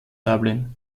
dublin